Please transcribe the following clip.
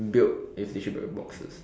built with tissue paper boxes